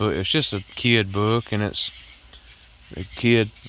ah it's just a kid book, and it's a kid,